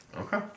Okay